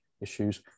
issues